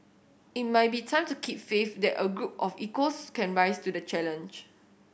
it might be time to keep faith that a group of equals can rise to the challenge